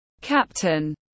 Captain